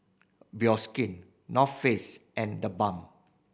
Bioskin North Face and TheBalm